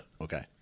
Okay